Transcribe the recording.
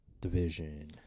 division